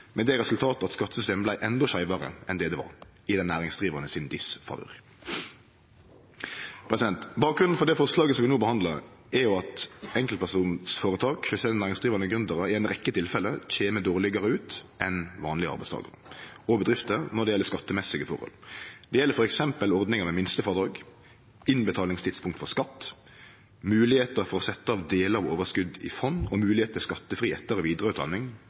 med det resultat at skattesystemet vart endå skeivare enn det var – i dei næringsdrivande sin disfavør. Bakgrunnen for det forslaget som vi no behandlar, er at enkeltpersonføretak, sjølvstendig næringsdrivande og gründerar i ei rekkje tilfelle kjem dårlegare ut enn vanlege arbeidstakarar og bedrifter når det gjeld skattemessige forhold. Det gjeld f.eks. ordninga med minstefrådrag, innbetalingstidspunkt for skatt, moglegheiter for å setje av delar av overskotet i fond og moglegheit til skattefri etter- og vidareutdanning,